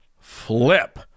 flip